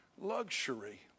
luxury